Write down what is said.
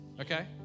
okay